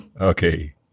Okay